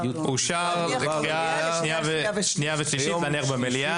אושר לקריאה שנייה ושלישית להניח במליאה.